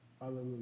Hallelujah